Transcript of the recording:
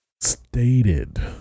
stated